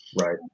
right